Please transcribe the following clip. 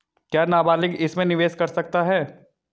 क्या नाबालिग इसमें निवेश कर सकता है?